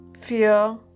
fear